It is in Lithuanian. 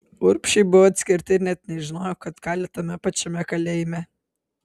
urbšiai buvo atskirti ir net nežinojo kad kali tame pačiame kalėjime